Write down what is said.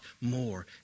more